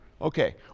Okay